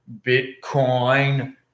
Bitcoin